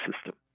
system